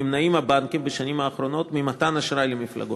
נמנעים הבנקים בשנים האחרונות ממתן אשראי למפלגות,